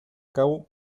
cabo